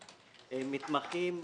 מתמחים,